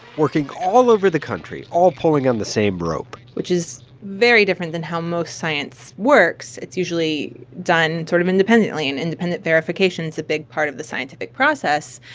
working all over the country, all pulling on the same rope which is very different than how most science works. it's usually done sort of independently. and independent verification is a big part of the scientific process.